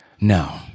No